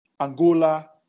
Angola